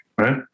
right